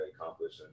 accomplish